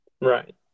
Right